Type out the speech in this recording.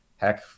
Heck